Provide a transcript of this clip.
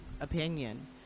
opinion